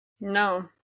No